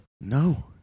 No